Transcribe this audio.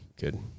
Good